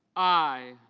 i.